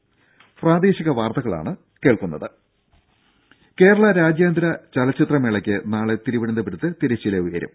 ദ്ദേ കേരള രാജ്യാന്തര ചലച്ചിത്ര മേളക്ക് നാളെ തിരുവനന്തപുരത്ത് തിരശീല ഉയരും